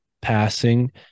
passing